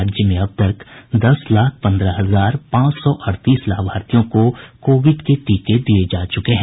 राज्य में अब तक दस लाख पन्द्रह हजार पांच सौ अड़तीस लाभार्थियों को टीके दिये जा चूके हैं